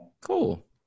Cool